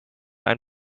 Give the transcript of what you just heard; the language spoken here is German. ein